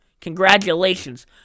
congratulations